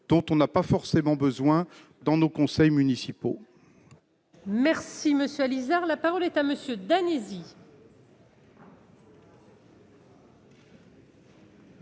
dont on n'a pas forcément besoin, dans nos conseils municipaux.